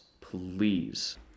Please